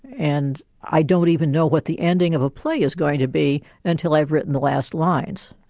and i don't even know what the ending of a play is going to be until i've written the last lines.